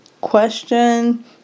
question